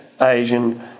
Asian